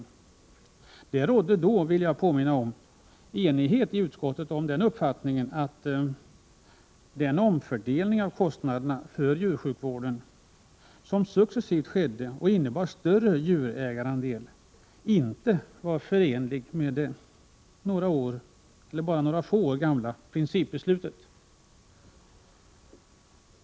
Det rådde då — vill jag påminna om — enighet i utskottet om uppfattningen att den omfördelning av kostnaderna för djursjukvården som successivt skedde och innebar större djurägarandel, inte var förenlig med det bara några få år gamla principbeslutet.